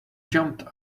jumped